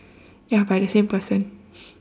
ya by the same person